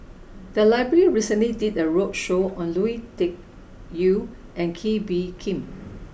the library recently did a roadshow on Lui Tuck Yew and Kee Bee Khim